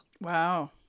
Wow